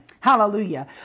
Hallelujah